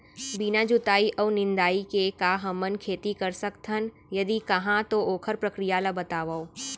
बिना जुताई अऊ निंदाई के का हमन खेती कर सकथन, यदि कहाँ तो ओखर प्रक्रिया ला बतावव?